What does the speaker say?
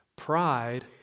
Pride